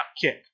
kick